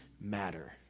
matter